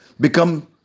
Become